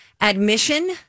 admission